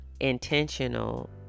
intentional